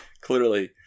clearly